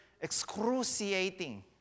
excruciating